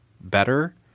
better